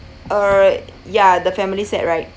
uh ya the family set right